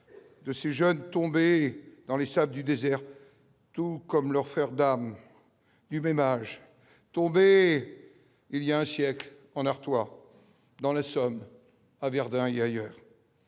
de ces jeunes tombés dans les sables du désert tout comme leurs frères d'armes du même âge, tombé il y a un siècle en Artois dans la Somme à Verdun, il